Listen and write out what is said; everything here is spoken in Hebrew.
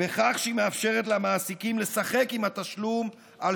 בכך שהיא מאפשרת למעסיקים לשחק עם התשלום על